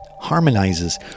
harmonizes